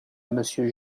monsieur